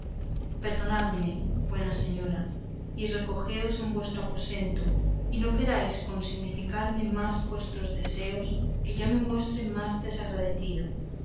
perdonadme buena señora y recogeos en vuestro aposento y no queráis con significarme más vuestros deseos que yo me muestre más desagradecido